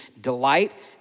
delight